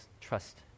trust